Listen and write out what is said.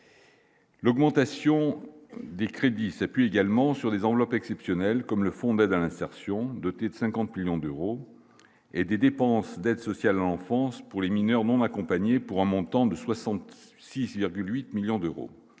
L'augmentation des crédits s'appuie également sur des enveloppes exceptionnelles comme le fonds d'aide à l'insertion doté de 50 millions d'euros et des dépenses d'aide sociale en France pour les mineurs non accompagnés, pour un montant de 60 6,8 millions d'euros